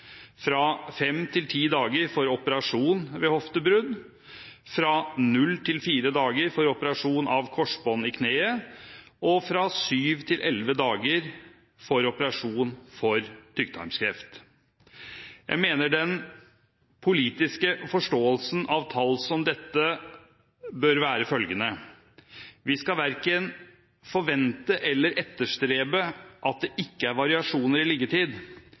fra fem til ti dager for operasjon ved hoftebrudd, fra null til fire dager for operasjon av korsbånd i kneet og fra syv til elleve dager for operasjon for tykktarmskreft. Jeg mener den politiske forståelsen av tall som dette bør være følgende: Vi skal verken forvente eller etterstrebe at det ikke er variasjoner i liggetid.